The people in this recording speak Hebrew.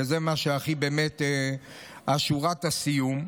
וזו באמת שורת הסיום,